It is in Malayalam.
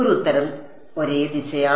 ഒരു ഉത്തരം ഒരേ ദിശയാണ്